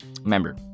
remember